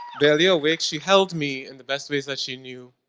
barely awake she held me in the best ways that she knew.